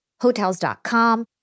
Hotels.com